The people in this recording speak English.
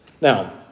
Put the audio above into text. Now